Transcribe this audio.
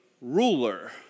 ruler